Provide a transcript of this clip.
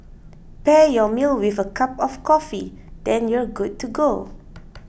pair your meal with a cup of coffee then you're good to go